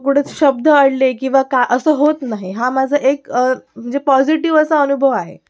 कुठे शब्द अडले किंवा का असं होत नाही हा माझा एक म्हणजे पॉझिटीव्ह असा अनुभव आहे